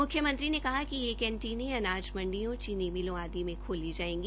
मुख्यमंत्री ने कहा कि ये कैंटिने अनाज मंडियों चीनी मिलों आदि में खोली जायेगी